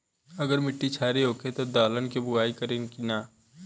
अगर मिट्टी क्षारीय होखे त दलहन के बुआई करी की न?